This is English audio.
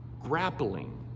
grappling